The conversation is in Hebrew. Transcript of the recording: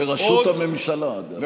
לראשות הממשלה, אגב.